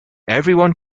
everyone